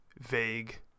vague